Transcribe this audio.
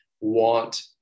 want